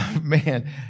Man